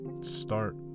start